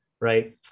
right